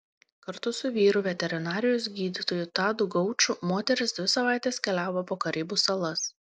kartu su vyru veterinarijos gydytoju tadu gauču moteris dvi savaites keliavo po karibų salas